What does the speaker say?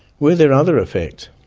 were there other effects?